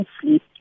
sleep